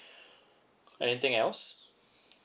anything else